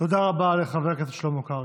תודה רבה לחבר הכנסת שלמה קרעי.